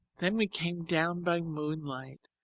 then we came down by moonlight,